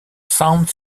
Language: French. sound